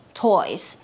toys